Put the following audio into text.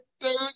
third